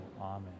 Amen